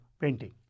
painting